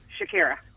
Shakira